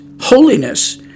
holiness